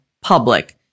public